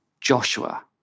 Joshua